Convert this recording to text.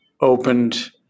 opened